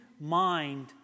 mind